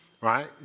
Right